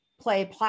play